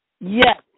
Yes